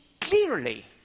clearly